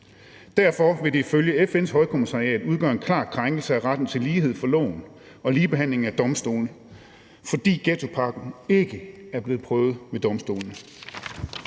Derfor vil det ifølge FN's Højkommissariat udgøre en klar krænkelse af retten til lighed for loven og lige behandling af domstolene, fordi ghettopakken ikke er blevet prøvet ved domstolene.